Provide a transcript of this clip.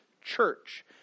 church